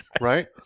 right